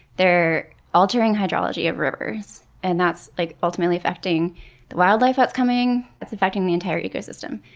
they're altering hydrology of rivers and that's like ultimately affecting the wildlife that's coming. that's affecting the entire ecosystem.